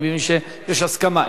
אני מבין שיש הסכמה.